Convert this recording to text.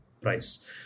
price